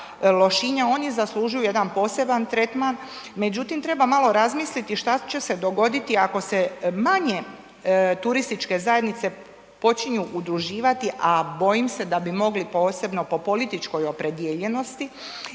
Lošinja oni zaslužuju jedan poseban tretman. Međutim, treba malo razmisliti što će se dogoditi ako se manje turističke zajednice počinju udruživati, a bojim se da bi mogli posebno po političkoj opredijeljenosti